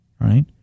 Right